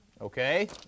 Okay